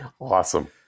Awesome